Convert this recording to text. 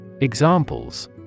Examples